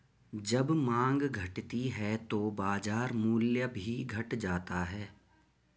जब माँग घटती है तो बाजार मूल्य भी घट जाता है